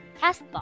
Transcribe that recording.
Castbox